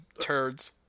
turds